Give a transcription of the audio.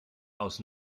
aus